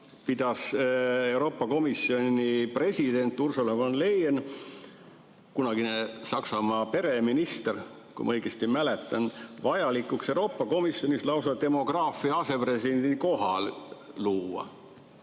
pidas Euroopa Komisjoni president Ursula von der Leyen, kunagine Saksamaa pereminister, kui ma õigesti mäletan, vajalikuks Euroopa Komisjonis lausa demograafia asepresidendi koha luua.